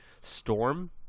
storm